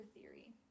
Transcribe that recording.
theory